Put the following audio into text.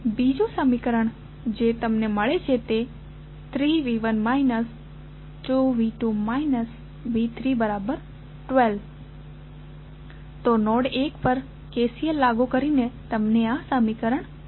બીજું સમીકરણ જે તમને મળે છે તે 3V1 2V2 V312 છે તો નોડ 1 પર KCL લાગુ કરીને તમને આ સમીકરણ મળે છે